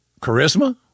charisma